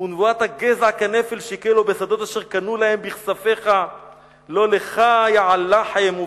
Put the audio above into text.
ונבואת הגזע כנפל שיכלו / בשדות אשר קנו להם בכספיך / לא לך יעל לחם.